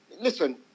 listen